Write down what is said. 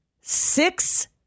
six